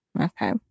okay